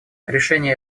решение